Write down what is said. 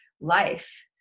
life